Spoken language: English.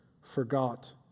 forgot